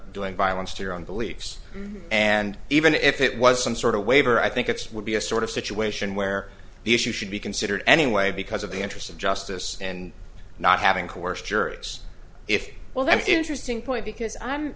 doing violence to your own beliefs and even if it was some sort of waiver i think it would be a sort of situation where the issue should be considered anyway because of the interest of justice and not having coerced jurors if well that's interesting point because i'm